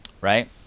right